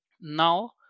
Now